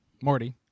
Morty